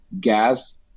gas